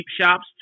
shops